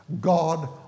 God